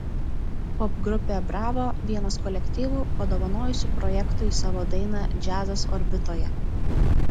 popgrupė bravo vienas kolektyvų padovanojusių projektui savo dainą džiazas orbitoje